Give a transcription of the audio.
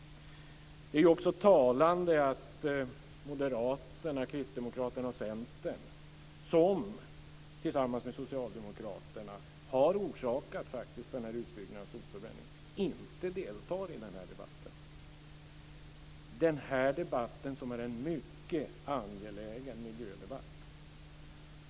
Det är också talande att Moderaterna, Kristdemokraterna och Centern, som tillsammans med Socialdemokraterna har orsakat utbyggnaden av sopförbränningen, inte deltar i den här debatten, en debatt som är en mycket angelägen miljödebatt.